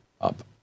up